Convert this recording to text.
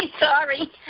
Sorry